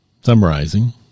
summarizing